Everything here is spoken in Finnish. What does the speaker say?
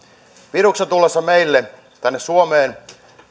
viruksen tulo meille tänne suomeen